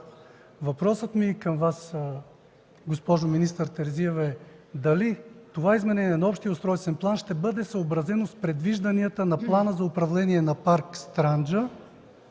Въпросът ми към Вас, госпожо министър Терзиева, е дали това изменение на общия устройствен план ще бъде съобразено с предвижданията на плана за управление на Парк „Странджа”,